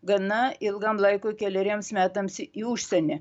gana ilgam laikui keleriems metams į užsienį